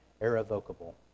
irrevocable